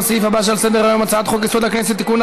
לסעיף הבא שעל סדר-היום: הצעת חוק-יסוד: הכנסת (תיקון,